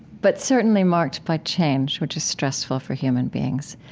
but certainly marked by change, which is stressful for human beings.